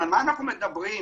על מה אנחנו מדברים?